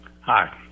Hi